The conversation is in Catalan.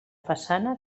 façana